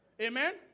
Amen